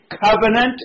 covenant